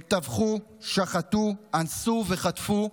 הם טבחו, שחטו, אנסו וחטפו